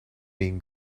been